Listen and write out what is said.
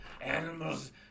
animals